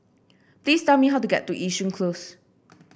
please tell me how to get to Yishun Close